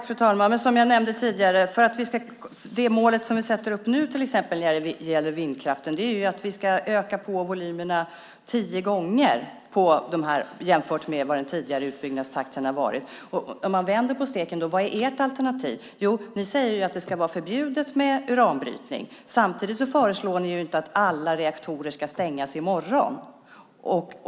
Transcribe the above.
Fru talman! Som jag nämnde tidigare, är det mål som vi nu sätter upp till exempel när det gäller vindkraften att vi ska öka volymerna tio gånger jämfört med den tidigare utbyggnadstakten. Om man vänder på steken då: Vad är ert alternativ? Jo, ni säger att det ska vara förbjudet med uranbrytning. Samtidigt föreslår ni inte att alla reaktorer ska stängas i morgon.